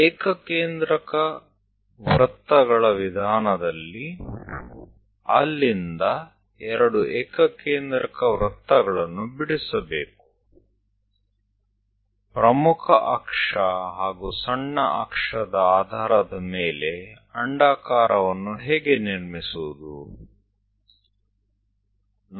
સમ કેન્દ્રીય વર્તુળ પદ્ધતિમાં બે સમ કેન્દ્રીય વર્તુળો દોરવામાં આવે છે તે મુખ્ય અક્ષ ગૌણ અક્ષ પરથી કઈ રીતે ઉપવલય માટે રચી શકાય છે